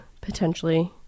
potentially